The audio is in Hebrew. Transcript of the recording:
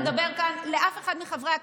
לא יכול לדבר כאן לאף אחד מחברי הכנסת.